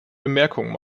bemerkungen